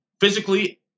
physically